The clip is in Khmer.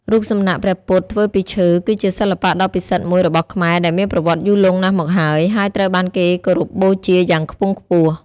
រូបសំណាកព្រះពុទ្ធធ្វើពីឈើ គឺជាសិល្បៈដ៏ពិសិដ្ឋមួយរបស់ខ្មែរដែលមានប្រវត្តិយូរលង់ណាស់មកហើយ ហើយត្រូវបានគេគោរពបូជាយ៉ាងខ្ពង់ខ្ពស់។